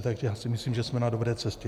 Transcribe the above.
Takže já si myslím, že jsme na dobré cestě.